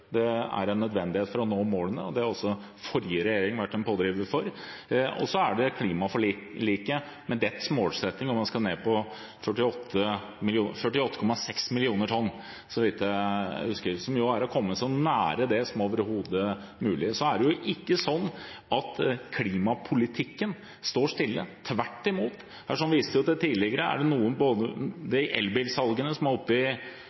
forrige regjering vært en pådriver for. Så er det klimaforliket, med dets målsetting om at man skal ned på 48,6 mill. tonn, så vidt jeg husker – å komme så nær det som overhodet mulig. Så er det ikke slik at klimapolitikken står stille. Tvert imot. Man viste jo tidligere her til elbilsalgene, som var oppe i 37 pst. i forrige måned, 20 pst. i fjor, det som er innsatsen innenfor kollektivtransporten, det som er